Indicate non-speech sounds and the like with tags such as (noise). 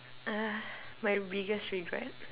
(noise) my biggest regret